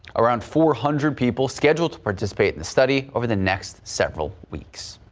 around four hundred people scheduled to participate in the study over the next several weeks.